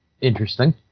Interesting